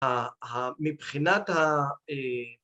‫מבחינת ה...